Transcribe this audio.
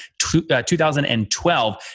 2012